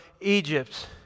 Egypt